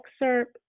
excerpt